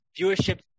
viewership